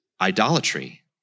idolatry